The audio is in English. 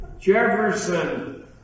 Jefferson